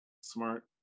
Smart